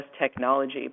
technology